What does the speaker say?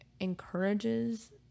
encourages